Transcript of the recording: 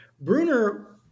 Bruner